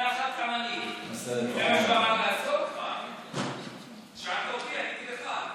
גם אני, שאלת אותי, עניתי לך.